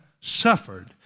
suffered